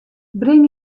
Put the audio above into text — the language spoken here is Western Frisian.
bring